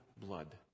blood